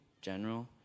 general